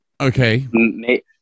Okay